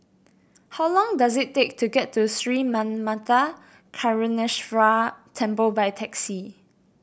how long does it take to get to Sri Manmatha Karuneshvarar Temple by taxi